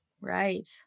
Right